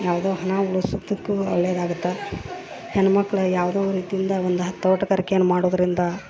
ಯಾವುದೋ ಹಣ ಉಳ್ಸುದ್ದುಕ್ಕು ಒಳ್ಳೆಯದಾಗತ್ತ ಹೆಣ್ಣು ಮಕ್ಳ ಯಾವುದೋ ರೀತಿಯಿಂದ ಒಂದು ತೋಟಗಾರಿಕೆಯನ್ನ ಮಾಡೋದರಿಂದ